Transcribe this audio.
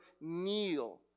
kneel